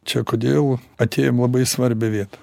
čia kodėl atėjom labai svarbią vietą